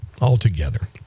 altogether